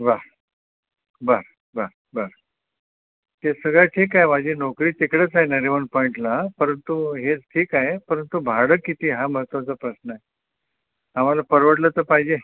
बरं बरं बरं बरं ते सगळं ठीक आहे माझी नोकरी तिकडंच आहे नरिमन पॉईंटला परंतु हे ठीक आहे परंतु भाडं किती हा महत्त्वाचा प्रश्न आहे आम्हाला परवडलं तर पाहिजे